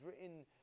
written